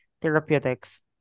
Therapeutics